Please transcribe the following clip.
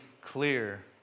clear